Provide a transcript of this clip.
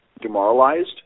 demoralized